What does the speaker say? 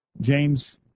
James